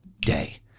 day